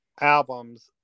albums